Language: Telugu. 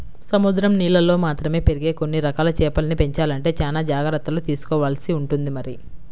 సముద్రం నీళ్ళల్లో మాత్రమే పెరిగే కొన్ని రకాల చేపల్ని పెంచాలంటే చానా జాగర్తలు తీసుకోవాల్సి ఉంటుంది మరి